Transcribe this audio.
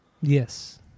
Yes